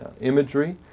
imagery